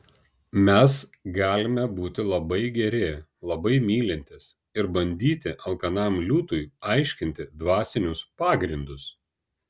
mes galime būti labai geri labai mylintys ir bandyti alkanam liūtui aiškinti dvasinius pagrindus